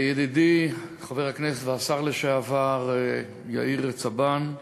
ידידי חבר הכנסת והשר לשעבר יאיר צבן,